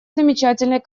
замечательной